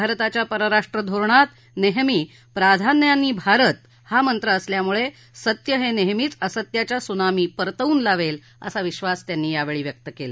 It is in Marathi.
भारताच्या परराष्ट्र धोरणात नेहमी प्राधान्याने भारत हा मंत्र असल्याने सत्य नेहमीच असत्याच्या सुनामी परतवून लावेल असा विश्वास त्यांनी यावेळी व्यक्त केला